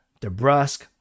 DeBrusque